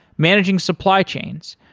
managing supply chains,